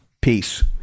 Peace